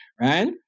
right